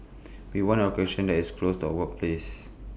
we want A location that is close to workplaces